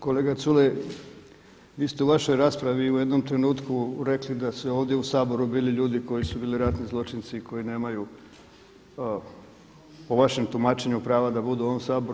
Kolega Culej, vi ste u vašoj raspravi u jednom trenutku rekli da su ovdje u Saboru bili ljudi koji su bili ratni zločinci, koji nemaju po vašem tumačenju prava da budu u ovom Saboru.